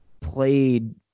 played